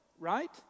right